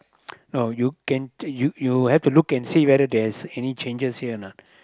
no you can you you have to look and see whether there's any changes here or not